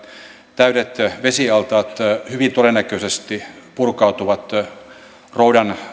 täydet vesialtaat hyvin todennäköisesti purkautuvat roudan